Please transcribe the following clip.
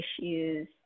issues